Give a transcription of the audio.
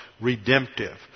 redemptive